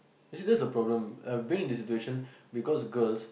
you see that's the problem being in the situation because girls